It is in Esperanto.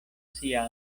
sia